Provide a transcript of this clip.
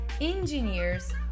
engineers